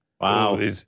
Wow